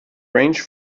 range